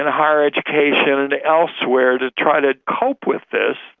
and higher education and elsewhere to try to cope with this,